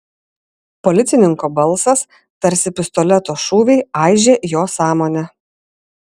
policininko balsas tarsi pistoleto šūviai aižė jo sąmonę